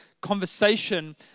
conversation